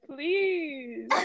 Please